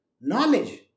Knowledge